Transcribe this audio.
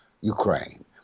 Ukraine